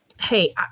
Hey